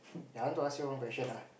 yea I want to ask you one question ah